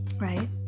right